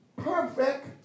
perfect